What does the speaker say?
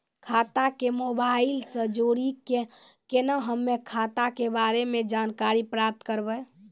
खाता के मोबाइल से जोड़ी के केना हम्मय खाता के बारे मे जानकारी प्राप्त करबे?